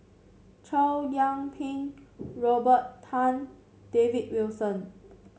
Chow Yian Ping Robert Tan David Wilson